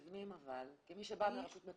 המצב --- כמי שבאה מרשות מקומית,